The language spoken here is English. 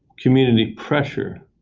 community pressure.